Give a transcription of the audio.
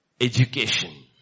Education